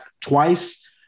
twice